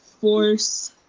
force